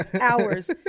hours